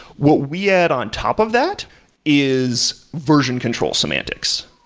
what we add on top of that is version control semantics.